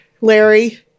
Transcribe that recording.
Larry